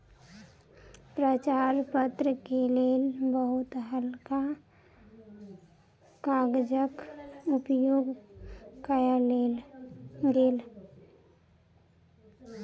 प्रचार पत्र के लेल बहुत हल्का कागजक उपयोग कयल गेल